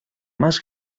más